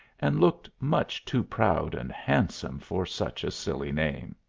and looked much too proud and handsome for such a silly name.